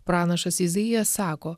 pranašas izaijas sako